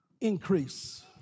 increase